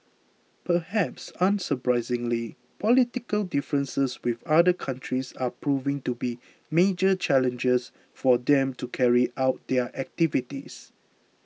perhaps unsurprisingly political differences with other countries are proving to be major challenges for them to carry out their activities